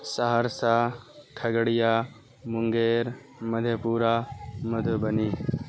Saharsa Khagaria Munger Madhepura Madhubani